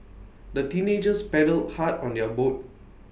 the teenagers paddled hard on their boat